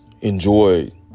enjoy